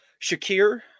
Shakir